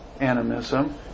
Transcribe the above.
animism